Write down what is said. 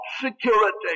security